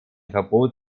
verbot